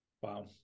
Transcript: Wow